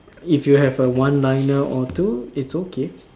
if you have a one liner or two it's okay